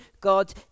God